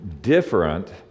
different